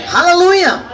Hallelujah